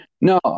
No